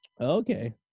Okay